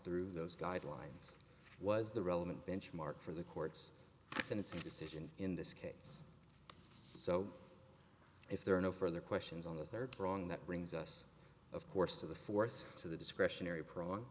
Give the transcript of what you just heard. through those guidelines was the relevant benchmark for the courts and it's a decision in this case so if there are no further questions on the third prong that brings us of course to the force to the discretionary prong